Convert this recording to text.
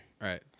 Right